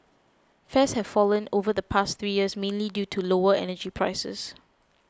fares have fallen over the past three years mainly due to lower energy prices